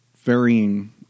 Varying